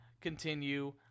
continue